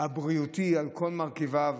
והבריאותי על כל מרכיביו,